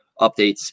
updates